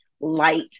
light